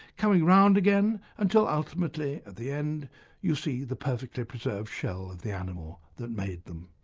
coming round again, until ultimately at the end you see the perfectly preserved shell of the animal that made them.